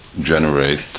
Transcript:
generate